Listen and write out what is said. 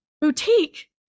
boutique